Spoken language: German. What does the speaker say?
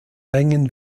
mengen